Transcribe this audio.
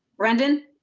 brendan.